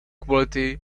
quality